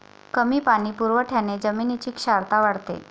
कमी पाणी पुरवठ्याने जमिनीची क्षारता वाढते